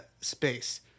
space